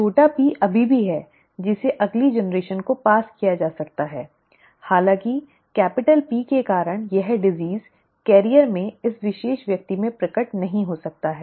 छोटा p अभी भी है जिसे अगली पीढ़ी को पारित किया जा सकता है हालांकि कैपिटल P के कारण यह रोग वाहक में इस विशेष व्यक्ति में प्रकट नहीं हो सकता है